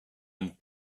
and